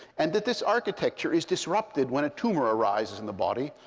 and that this architecture is disrupted when a tumor arises in the body.